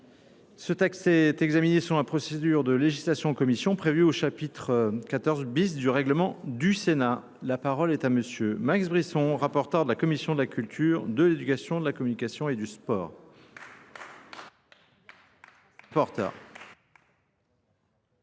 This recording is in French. Ce texte est examiné sur la procédure de législation et de commission prévue au chapitre 14 bis du règlement du Sénat. La parole est à monsieur Max Brisson, rapporteur de la Commission de la Culture, de l'Education, de la Communication et du Sport.